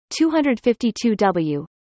252W